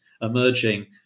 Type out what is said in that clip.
emerging